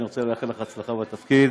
אני רוצה לאחל לך הצלחה בתפקיד,